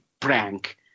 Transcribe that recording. Prank